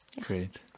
Great